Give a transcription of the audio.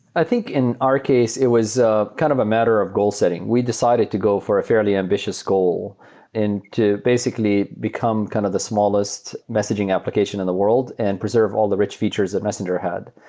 i think in our case, it was ah kind of a matter of goal setting. we decided to go for a fairly ambitious goal and to basically become kind of the smallest messaging application in the world and preserve all the rich features of messenger had.